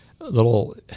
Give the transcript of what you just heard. little